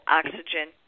oxygen